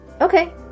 Okay